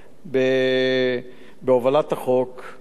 אני חשבתי הרבה פעמים שלא נגיע ליום הזה.